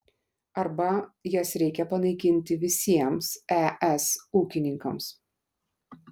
arba jas reikia panaikinti visiems es ūkininkams